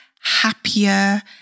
happier